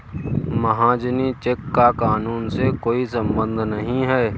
महाजनी चेक का कानून से कोई संबंध नहीं है